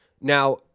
Now